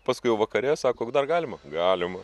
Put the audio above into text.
paskui jau vakare sako dar galima galima